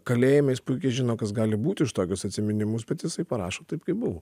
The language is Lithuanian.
kalėjime jis puikiai žino kas gali būti už tokius atsiminimus bet jisai parašo taip kaip buvo